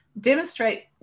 demonstrate